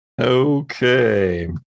Okay